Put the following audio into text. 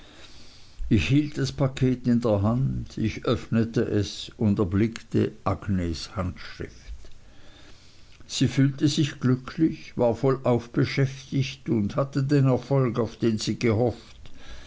hielt das paket in der hand ich öffnete es und erblickte agnes handschrift sie fühlte sich glücklich war vollauf beschäftigt und hatte den erfolg auf den sie gehofft